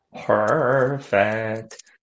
Perfect